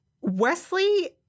Wesley